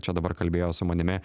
čia dabar kalbėjo su manimi